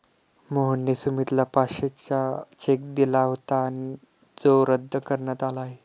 मोहनने सुमितला पाचशेचा चेक दिला होता जो रद्द करण्यात आला आहे